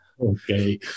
Okay